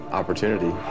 opportunity